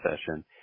session